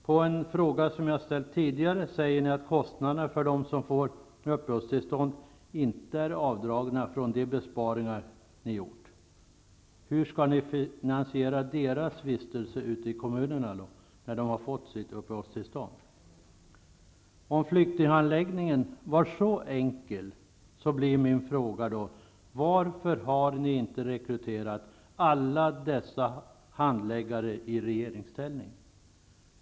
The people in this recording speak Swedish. På en fråga som jag tidigare ställt har ni svarat att kostnaderna för dem som får uppehållstillstånd inte är avdragna från de besparingar som ni gjort. Hur skall ni då finansiera deras vistelse ute i kommunerna när de har fått sitt uppehållstillstånd? Mot bakgrund av att ni anser att flyktinghandläggningen är så enkel blir min fråga: Varför har ni i regeringsställning inte rekryterat alla dessa handläggare?